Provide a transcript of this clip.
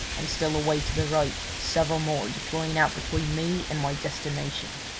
and still a way to the right several more deploying out between me and my destination.